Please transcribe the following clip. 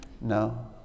No